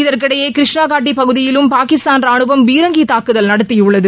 இதற்கிடையே கிருஷ்ணாகாட்டி பகுதியிலும் பாகிஸ்தான் ராணுவம் பீரங்கித் தாக்குதல் நடத்தியுள்ளது